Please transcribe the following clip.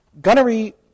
Gunnery